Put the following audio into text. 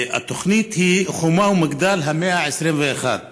והתוכנית היא: חומה ומגדל, המאה ה-21.